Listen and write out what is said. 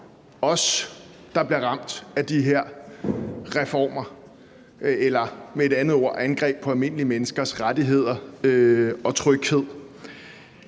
os, der bliver ramt af de her reformer eller, med andre ord, angreb på almindelige menneskers rettigheder og tryghed.